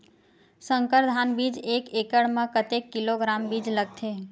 संकर धान बीज एक एकड़ म कतेक किलोग्राम बीज लगथे?